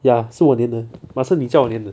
ya 是我粘的 but 是你叫我粘的